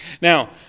Now